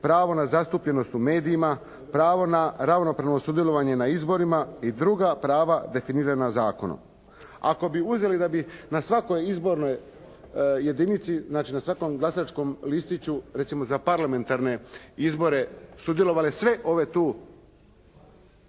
Pravo na zastupljenost u medijima. Pravo na ravnopravno sudjelovanje na izborima i druga prava definirana zakonom. Ako bi uzeli da bi na svakoj izbornoj jedinici, znači na svakom glasačkom listiću recimo za parlamentarne izbore sudjelovale sve tu ove tu